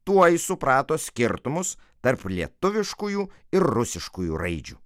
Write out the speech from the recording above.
tuoj suprato skirtumus tarp lietuviškųjų ir rusiškųjų raidžių